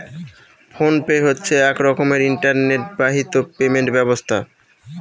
phone pay হচ্ছে এক রকমের ইন্টারনেট বাহিত পেমেন্ট ব্যবস্থা